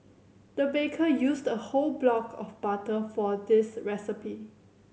the baker used a whole block of butter for this recipe